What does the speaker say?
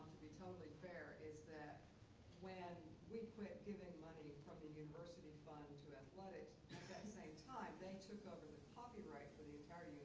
be totally fair, is that when we quit giving money from the university fund to athletics, at that same time, they took over the copyright for the entire